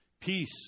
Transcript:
Peace